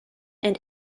and